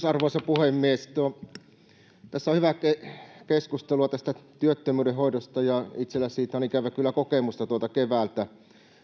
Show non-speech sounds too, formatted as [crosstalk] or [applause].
[unintelligible] arvoisa puhemies tässä on hyvää keskustelua työttömyyden hoidosta ja itselläni siitä on ikävä kyllä kokemusta tuolta keväältä